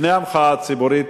לפני המחאה הציבורית,